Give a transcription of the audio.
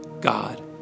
God